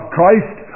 Christ